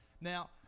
Now